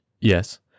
Yes